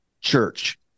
church